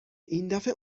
ایندفعه